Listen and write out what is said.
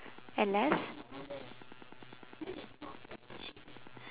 and less